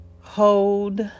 Hold